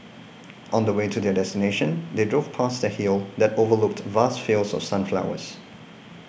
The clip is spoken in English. on the way to their destination they drove past a hill that overlooked vast fields of sunflowers